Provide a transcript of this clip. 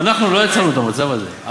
אנחנו לא יצרנו את המצב הזה.